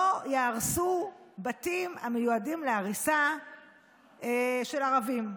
יהרסו בתים המיועדים להריסה של ערבים,